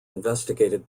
investigated